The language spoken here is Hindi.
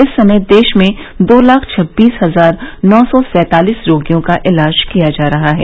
इस समय देश में दो लाख छबीस हजार नौ सौ सैंतालीस रोगियों का इलाज किया जा रहा है